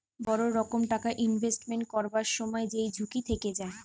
বড় রকম টাকা ইনভেস্টমেন্ট করবার সময় যেই ঝুঁকি থেকে যায়